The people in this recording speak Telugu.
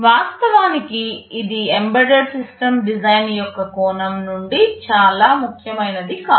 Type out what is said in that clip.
వాస్తవానికి ఇది ఎంబెడెడ్ సిస్టమ్ డిజైన్ యొక్క కోణం నుండి చాలా ముఖ్యమైనది కాదు